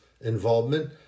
involvement